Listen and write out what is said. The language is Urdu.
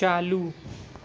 چالو